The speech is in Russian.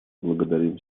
благодарим